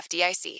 fdic